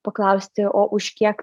paklausti o už kiek